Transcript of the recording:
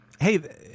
Hey